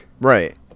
right